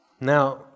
Now